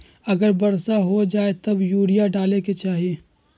अगर वर्षा हो जाए तब यूरिया डाले के चाहि?